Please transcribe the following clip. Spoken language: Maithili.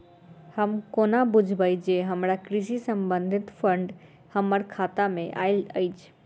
हम कोना बुझबै जे हमरा कृषि संबंधित फंड हम्मर खाता मे आइल अछि?